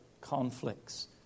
conflicts